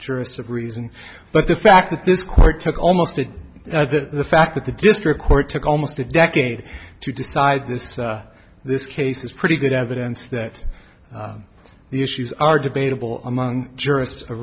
jurists of reason but the fact that this court took almost to the fact that the district court took almost a decade to decide this this case is pretty good evidence that the issues are debatable among jurists